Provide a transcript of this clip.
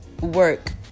work